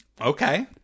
Okay